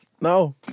No